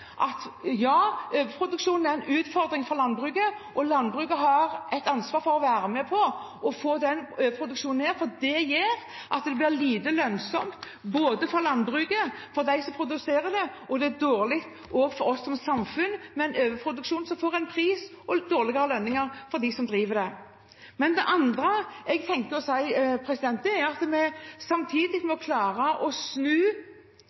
at overproduksjon er en utfordring for landbruket, og landbruket har et ansvar for å være med på å få overproduksjonen ned, for den gjør at det blir lite lønnsomt både for landbruket, for dem som produserer, og for oss som samfunn. Med overproduksjon får en dårligere pris og lønninger for dem som driver. Det andre jeg tenker å si, er at vi samtidig må klare å snu,